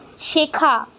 শেখা